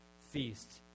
feast